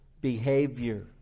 behavior